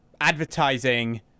advertising